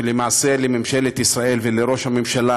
שלמעשה לממשלת ישראל ולראש הממשלה